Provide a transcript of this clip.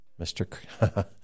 Mr